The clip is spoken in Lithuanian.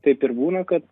taip ir būna kad